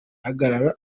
ihagarara